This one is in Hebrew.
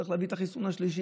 צריך להביא את החיסון השלישי.